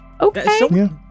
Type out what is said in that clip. Okay